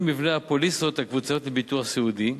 מבנה הפוליסות הקבוצתיות לביטוח סיעודי,